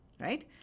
Right